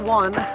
one